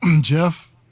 jeff